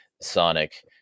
Sonic